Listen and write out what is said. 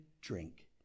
drink